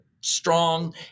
strong